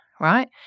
right